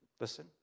Listen